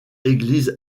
église